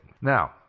now